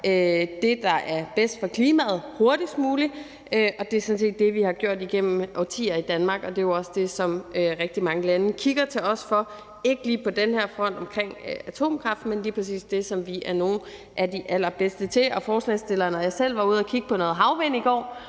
det, der er bedst for klimaet hurtigst muligt, og det er sådan set det, vi har gjort igennem årtier i Danmark, og det er jo også det, som rigtig mange lande kigger til os for, ikke lige på den her front omkring atomkraft, men lige præcis i forhold til det, som vi er nogle af de allerbedste til. Ordføreren for forslagsstillerne og jeg selv var ude at kigge på havvindmøller